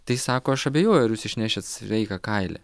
tai sako aš abejoju ar jūs išnešit sveiką kailį